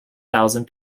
thousand